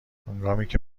هنگامیکه